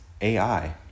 AI